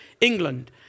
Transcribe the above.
England